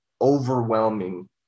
overwhelming